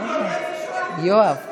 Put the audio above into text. איזה רפורמות?